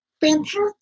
fantastic